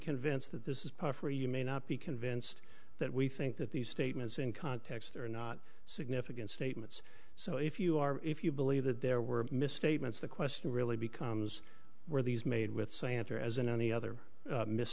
convinced that this is par for you may not be convinced that we think that these statements in context are not significant statements so if you are if you believe that there were misstatements the question really becomes were these made with santer as in any other miss